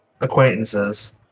acquaintances